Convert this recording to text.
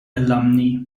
alumni